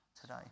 today